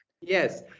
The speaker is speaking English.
Yes